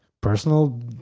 personal